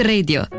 Radio